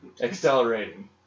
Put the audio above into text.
accelerating